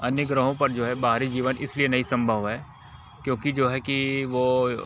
अन्य ग्रहों पर जो है बाहरी जीवन इसलिए नहीं सम्भव है क्योंकि जो है कि वो